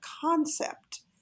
concept